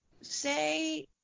say